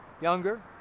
younger